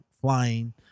flying